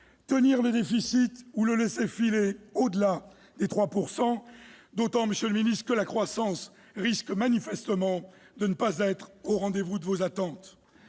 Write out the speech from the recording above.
tenir le déficit ou le laisser filer au-delà des 3 % du PIB, d'autant que la croissance risque manifestement de ne pas être au rendez-vous de vos attentes.